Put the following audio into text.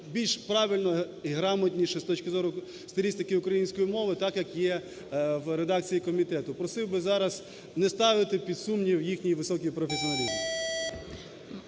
більш правильно і грамотніше з точки зору стилістики української мови так, як є в редакції комітету. Просив би зараз не ставити під сумнів їхній високий професіоналізм.